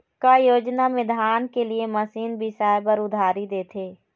का योजना मे धान के लिए मशीन बिसाए बर उधारी देथे?